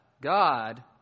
God